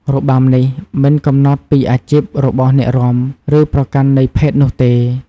របាំនេះមិនកំណត់ពីអាជីពរបស់អ្នករាំ ឬប្រកាន់នៃភេទនោះទេ។